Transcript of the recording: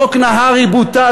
חוק נהרי בוטל.